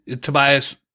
Tobias